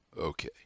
Okay